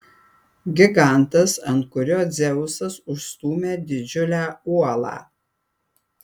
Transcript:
gigantas ant kurio dzeusas užstūmė didžiulę uolą